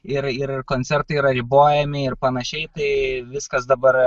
ir ir koncertai yra ribojami ir panašiai tai viskas dabar